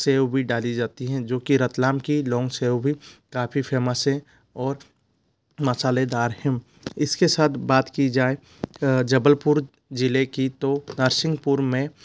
save भी डाली जाती हैं जो की रतलाम की लौंग सेव भी काफ़ी फेमस हैं और मसालेदार हैं इसके साथ बात की जाय जबलपुर जिले की तो नर्सिंहपुर में